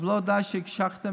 אז לא די שהקשחתם,